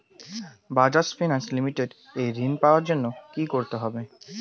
Bajaj finance limited এ ঋন পাওয়ার জন্য কি করতে হবে?